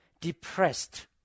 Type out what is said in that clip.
depressed